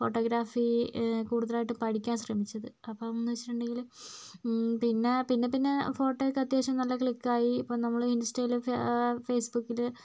photography കൂടുതലായിട്ട് പഠിക്കാൻ ശ്രമിച്ചത് അപ്പമെന്ന് വെച്ചിട്ടുണ്ടങ്കിൽ പിന്നെ പിന്നെപ്പിന്നെ ഫോട്ടോയൊക്കെ അത്യാവശ്യം നല്ല ക്ലിക്കായി ഇപ്പം നമ്മളെ ഇൻസ്റ്റയില് ഫെയ്സ്ബുക്കില്